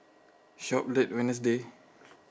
shop late wednesday